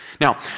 Now